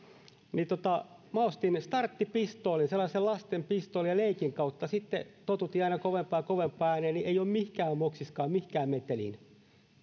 minä ostin starttipistoolin sellaisen lasten pistoolin ja leikin kautta sitten totutin aina kovempaan ja kovempaan ääneen niin että ei ole moksiskaan mihinkään meteliin